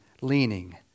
leaning